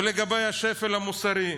ולגבי השפל המוסרי,